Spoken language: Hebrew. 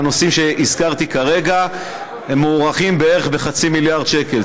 מהנושאים שהזכרתי כרגע מוערכת בחצי מיליארד שקלים.